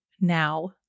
now